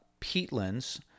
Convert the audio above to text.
peatlands